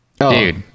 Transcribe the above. dude